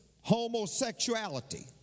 homosexuality